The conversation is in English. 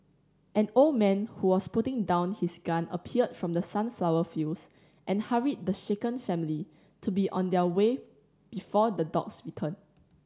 an old man who was putting down his gun appeared from the sunflower fields and hurried the shaken family to be on their way before the dogs return